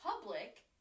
public